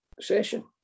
session